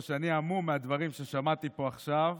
מהדברים ששמעתי פה עכשיו,